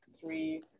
three